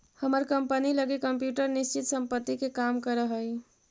हमर कंपनी लगी कंप्यूटर निश्चित संपत्ति के काम करऽ हइ